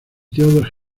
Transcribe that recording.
theodor